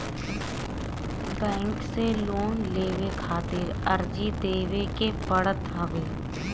bank से loan लेवे खातिर अर्जी देवे के पड़त हवे